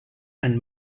and